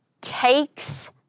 takes